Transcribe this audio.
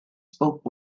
spoke